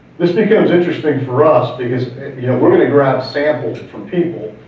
this becomes interesting for us because you know we're gonna grab samples from people,